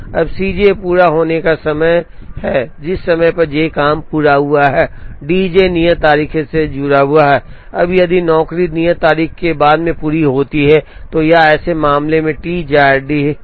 अब C j पूरा होने का समय या समय है जिस समय j काम पूरा हुआ है D j नियत तारीख से जुड़ा हुआ है j अब यदि नौकरी नियत तारीख से बाद में पूरी होती है तो यह ऐसे मामले में t jardy है